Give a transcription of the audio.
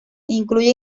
incluye